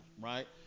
right